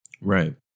Right